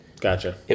Gotcha